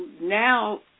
now